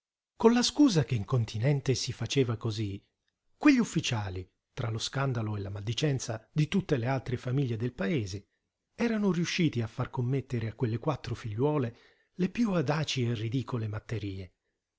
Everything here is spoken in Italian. con la scusa che in continente si faceva cosí quegli ufficiali tra lo scandalo e la maldicenza di tutte le altre famiglie del paese erano riusciti a far commettere a quelle quattro figliuole le piú audaci e ridicole matterie